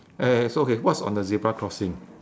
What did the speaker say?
uh so okay what's on the zebra crossing